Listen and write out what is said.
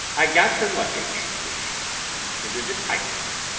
i got her luggage, which included a typewriter,